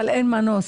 אבל אין מנוס.